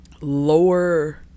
lower